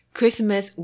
Christmas